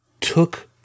took